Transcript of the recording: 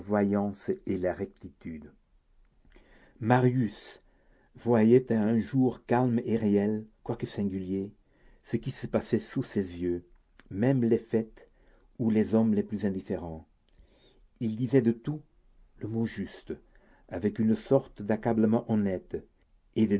et la rectitude marius voyait à un jour calme et réel quoique singulier ce qui se passait sous ses yeux même les faits ou les hommes les plus indifférents il disait de tout le mot juste avec une sorte d'accablement honnête et